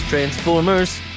Transformers